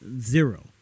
zero